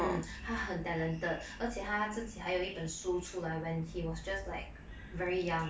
嗯他很 talented 而且他自己还有一本书出来 when he was just like very young